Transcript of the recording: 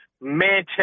Manchester